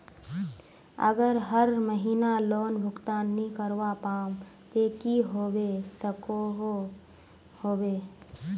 अगर हर महीना लोन भुगतान नी करवा पाम ते की होबे सकोहो होबे?